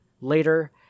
later